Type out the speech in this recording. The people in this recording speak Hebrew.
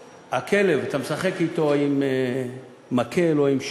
כשהכלב, אתה משחק אתו עם מקל או עם שוט,